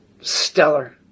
stellar